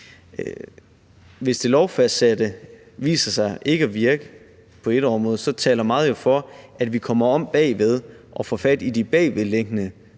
hvis det lovfastsatte viser sig ikke at virke på et område, så taler meget jo for, at vi kommer om bagved og får fat i de bagvedliggende